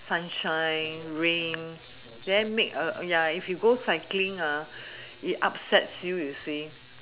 sunshine rain then make ya if you go cycling it upsets you you see